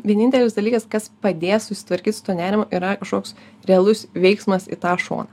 vienintelis dalykas kas padės susitvarkyt su nerimu yra kažkoks realus veiksmas į tą šoną